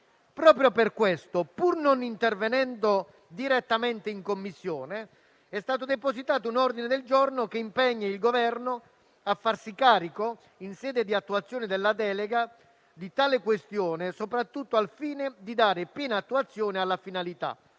Proprio per questo, pur non intervenendo direttamente in Commissione, è stato depositato un ordine del giorno che impegna il Governo a farsi carico, in sede di attuazione della delega, di tale questione, soprattutto al fine di dare piena attuazione alla finalità